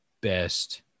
best